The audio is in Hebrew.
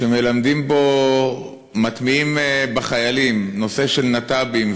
שמטמיעים בו בחיילים נושא של נת"בים,